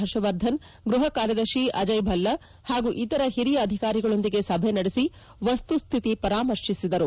ಹರ್ಷವರ್ಧನ್ ಗ್ಬಹ ಕಾರ್ಬದರ್ಶಿ ಅಜಯ್ ಭಲ್ಲಾ ಹಾಗೂ ಇತರ ಹಿರಿಯ ಅಧಿಕಾರಿಗಳೊಂದಿಗೆ ಸಭೆ ನಡೆಸಿ ವಸ್ತುಸ್ಲಿತಿ ಪರಾಮರ್ಶೆ ನಡೆಸಿದರು